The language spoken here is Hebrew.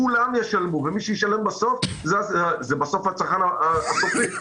כולם ישלמו, ומי שישלם בסוף זה הצרכן הסופי.